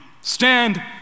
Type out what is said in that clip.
Stand